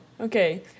Okay